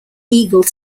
eagle